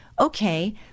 okay